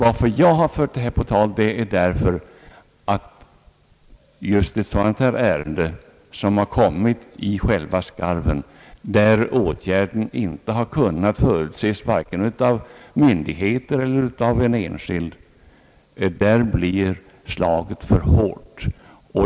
Att jag har fört detta på tal beror på att just i ett sådant här fall som har inträffat i själva skarven, när åtgärden inte har kunnat förutses vare sig av myndigheter eller av en enskild, blir slaget för hårt.